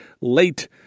late